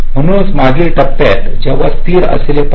म्हणूनच मागील टप्प्यात जेव्हा ते स्थिर असले पाहिजे